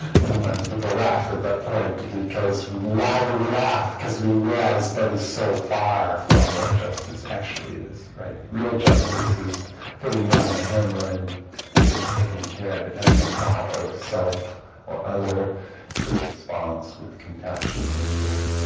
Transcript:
sometimes people laugh at that point because why do we laugh because we as that is so far from what justice actually is right real justice is putting down the hammer and just taking care it has no thought of self or other just responds with compassion and care